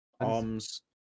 Arms